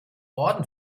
orden